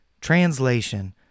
Translation